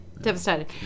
Devastated